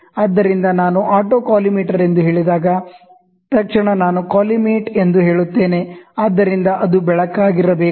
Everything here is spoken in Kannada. ಆದ್ದರಿಂದ ನಾನು ಆಟೋ ಕೊಲಿಮೇಟರ್ ಎಂದು ಹೇಳಿದಾಗ ತಕ್ಷಣ ನಾನು ಕೊಲಿಮೇಟ್ ಎಂದು ಹೇಳುತ್ತೇನೆ ಆದ್ದರಿಂದ ಅದು ಬೆಳಕಾಗಿರಬೇಕು